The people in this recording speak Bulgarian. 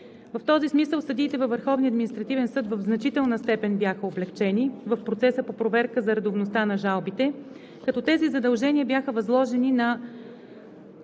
В този смисъл съдиите във Върховния административен съд в значителна степен бяха облекчени в процеса по проверка за редовността на жалбите, като тези задължения бяха възложени на